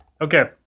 Okay